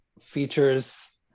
features